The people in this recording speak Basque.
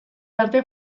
arte